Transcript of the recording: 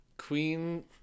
Queen